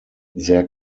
sehr